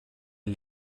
les